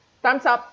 thumbs up